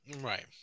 Right